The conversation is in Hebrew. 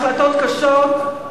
החלטות קשות,